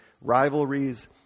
rivalries